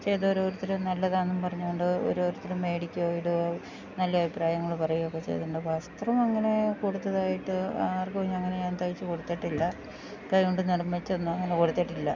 ചെയ്ത് ഓരോരുത്തരും നല്ലതാന്നും പറഞ്ഞോണ്ട് ഓരോരുത്തര് മേടിക്കുകയും ഇടുകയും നല്ല അഭിപ്രായങ്ങള് പറയുകയും ഒക്കെ ചെയ്തിട്ടുണ്ട് വസ്ത്രം അങ്ങനെ കൊടുത്തതായിട്ട് ആർക്കും അങ്ങനെ ഞാൻ തയ്ച്ച് കൊടുത്തിട്ടില്ല കൈകൊണ്ട് നിർമ്മിച്ചൊന്നും അങ്ങനെ കൊടുത്തിട്ടില്ല